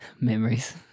Memories